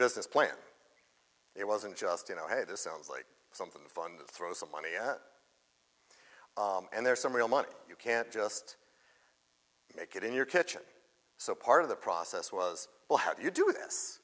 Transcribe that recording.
business plan it wasn't just you know hey this sounds like something fun that throws of money and there's some real money you can't just make it in your kitchen so part of the process was well how do you do this